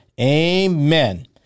Amen